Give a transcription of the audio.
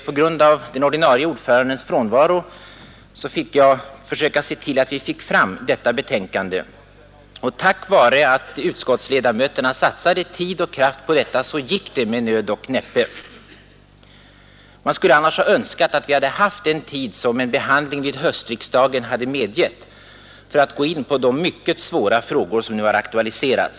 På grund av den ordinarie ordförandens frånvaro fick jag Onsdagen den uppgiften att försöka få fram detta betänkande. Tack vare att utskotts 31 maj 1972 ledamöterna satsade tid och kraft på detta gick det med nöd och näppe ——— =Aatt genomföra, Vi skulle annars ha önskat att vi hade haft den tid som en Gymnasieskolans behandling vid höstriksdagen hade medgivit för att gå in på de mycket kompetensvärde, svåra frågor som nu har aktualiserats.